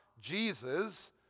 Jesus